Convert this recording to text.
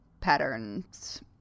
patterns